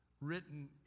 written